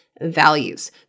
values